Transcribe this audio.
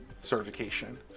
certification